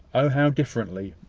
oh how differently!